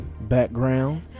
background